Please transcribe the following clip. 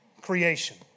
creation